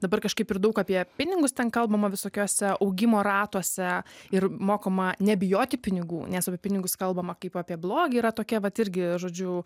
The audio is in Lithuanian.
dabar kažkaip ir daug apie pinigus ten kalbama visokiuose augimo ratuose ir mokoma nebijoti pinigų nes apie pinigus kalbama kaip apie blogį yra tokia vat irgi žodžiu